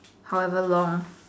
however long